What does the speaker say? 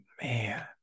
man